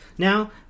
now